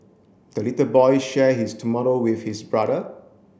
the little boy share his tomato with his brother